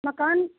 मकान